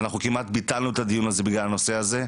אנחנו כמעט ביטלנו את הדיון הזה בגלל הנושא הזה.